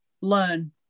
learn